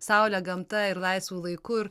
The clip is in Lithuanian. saule gamta ir laisvu laiku ir